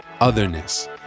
otherness